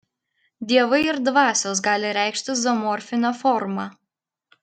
dievai ir dvasios gali reikštis zoomorfine forma